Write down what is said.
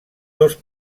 dos